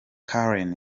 karen